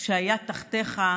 שהיה תחתיך,